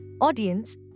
audience